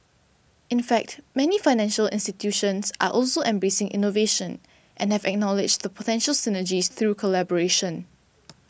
in fact many financial institutions are also embracing innovation and have acknowledged the potential synergies through collaboration